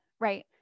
right